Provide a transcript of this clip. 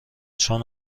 چون